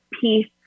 peace